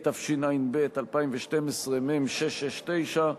התשע"ב 2012, מ/669,